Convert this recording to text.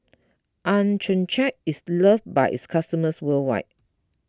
Accucheck is loved by its customers worldwide